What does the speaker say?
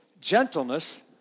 gentleness